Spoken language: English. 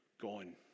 gone